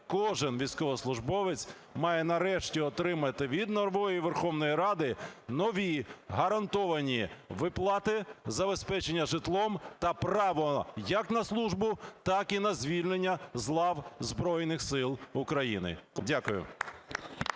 кожен військовослужбовець, має нарешті отримати від нової Верховної Ради нові гарантовані виплати забезпечення житлом та право як на службу, так і на звільнення з лав Збройних Сил України. Дякую.